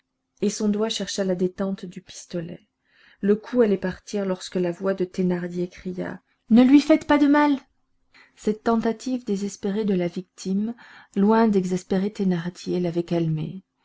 et son doigt chercha la détente du pistolet le coup allait partir lorsque la voix de thénardier cria ne lui faites pas de mal cette tentative désespérée de la victime loin d'exaspérer thénardier l'avait calmé